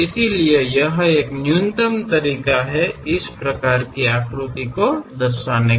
इसलिए यह एक एक न्यूनतम तरीका है इस प्रकार की आकृति को दर्शाने का